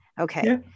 Okay